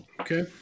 Okay